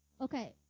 okay